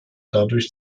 dadurch